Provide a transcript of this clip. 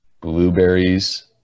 blueberries